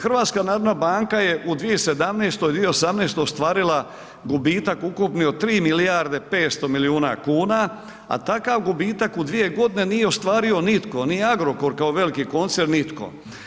HNB je u 2017., 2018. ostvarila gubitak ukupni od 3 milijarde 500 miliona kuna, a takav gubitak u 2 godine nije ostvario nitko, ni Agrokor kao veliki koncern, nitko.